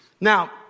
Now